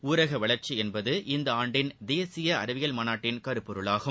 ஊரக வளர்ச்சி என்பது இவ்வாண்டின் தேசிய அறிவியல் மாநாட்டின் கருப்பொருளாகும்